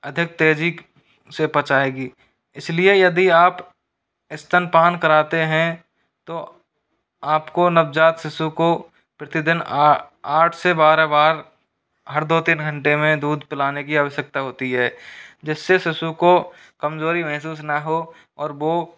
अधिक तेजी से पचाएगी इसलिए यदि आप स्तनपान कराते हैं तो आपको नवजात शिशु को प्रतिदिन आ आठ से बारह बार हर दो तीन घंटे में दूध पिलाने की आवश्यकता होती है जिससे शिशु को कमजोरी महसूस ना हो और वो